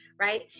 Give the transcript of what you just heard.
Right